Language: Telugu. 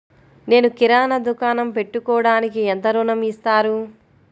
నేను కిరాణా దుకాణం పెట్టుకోడానికి ఎంత ఋణం ఇస్తారు?